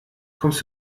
kommst